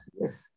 yes